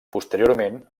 posteriorment